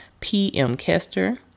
pmkester